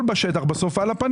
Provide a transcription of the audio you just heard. בסוף בשטח, הכול על הפנים.